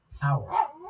power